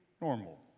normal